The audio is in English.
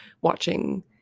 watching